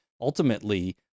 ultimately